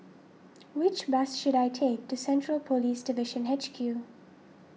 which bus should I take to Central Police Division H Q